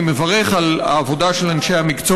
אני מברך על העבודה של אנשי המקצוע